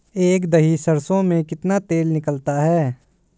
एक दही सरसों में कितना तेल निकलता है?